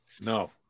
No